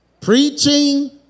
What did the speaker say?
Preaching